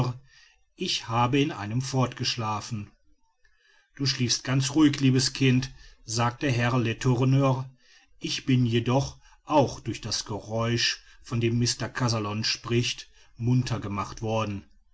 ich habe in einem fort geschlafen du schliefst ganz ruhig liebes kind sagte herr letourneur ich bin jedoch auch durch das geräusch von dem mr kazallon spricht munter gemacht worden